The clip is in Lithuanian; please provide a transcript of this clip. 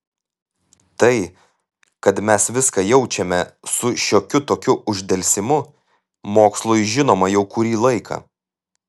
tai kad mes viską jaučiame su šiokiu tokiu uždelsimu mokslui žinoma jau kurį laiką